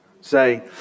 Say